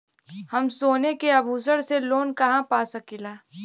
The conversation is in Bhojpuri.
हम सोने के आभूषण से लोन कहा पा सकीला?